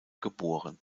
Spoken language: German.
geboren